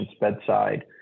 bedside